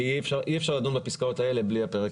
כי אי אפשר לדון בפסקאות האלה בלי הפרק